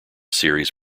series